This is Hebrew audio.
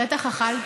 בטח אכלתי.